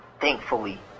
thankfully